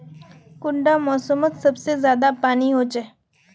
कुंडा मोसमोत सबसे ज्यादा पानी होचे?